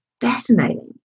fascinating